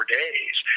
days